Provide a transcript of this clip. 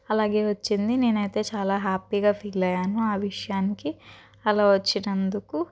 అలాగే వచ్చింది నేనైతే చాలా హ్యాపీగా ఫీల్ అయ్యాను ఆ విషయాన్నికి అలా వచ్చినందుకు